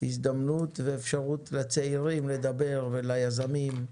הזדמנות ואפשרות לצעירים וליזמים לדבר.